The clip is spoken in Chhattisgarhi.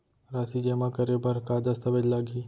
राशि जेमा करे बर का दस्तावेज लागही?